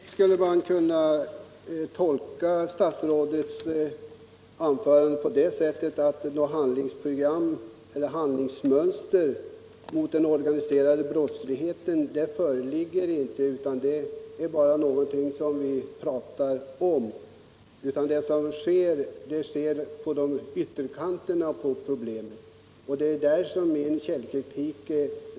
Herr talman! Konkret skulle man kunna tolka statsrådets anförande så, att något handlingsprogram mot den organiserade brottsligheten inte föreligger — det är bara någonting som vi pratar om. De åtgärder man vidtar snuddar bara vid ytterkanterna av problemet. Det är kärnpunkten i min kritik.